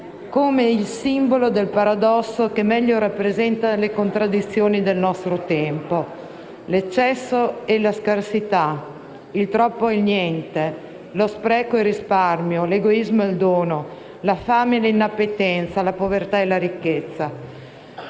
come il simbolo del paradosso che meglio rappresenta le contraddizioni del nostro tempo. L'eccesso e la scarsità, il troppo e il niente, lo spreco e il risparmio, l'egoismo e il dono, la fame e l'inappetenza, la povertà e la ricchezza.